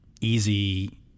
easy